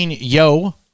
yo